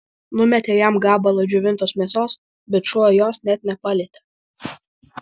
numetė jam gabalą džiovintos mėsos bet šuo jos net nepalietė